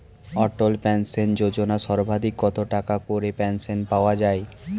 অটল pension Yojana সর্বাধিক কত টাকা করে পেনশন পাওয়া যায়?